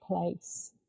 place